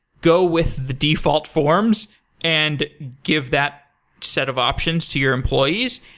go with the default forms and give that set of options to your employees.